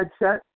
headset